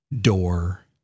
door